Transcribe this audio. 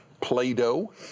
Play-Doh